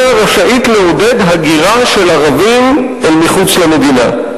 רשאית לעודד הגירה של ערבים אל מחוץ למדינה.